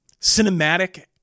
cinematic